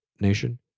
Nation